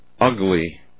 ugly